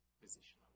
position